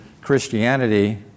Christianity